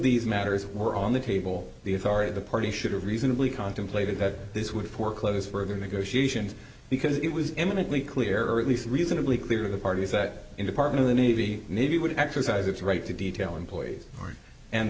these matters were on the table the authority of the party should have reasonably contemplated that this would foreclose further negotiations because it was eminently clear or at least reasonably clear to the parties that in the partner the navy navy would exercise its right to detail employees and